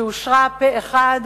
שאושרה פה אחד,